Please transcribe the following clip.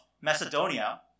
Macedonia